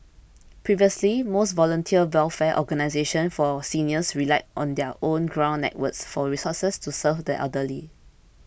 previously most voluntary welfare organisations for seniors relied on their own ground networks for resources to serve the elderly